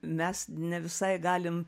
mes ne visai galim